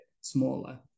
smaller